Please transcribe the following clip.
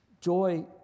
Joy